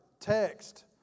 text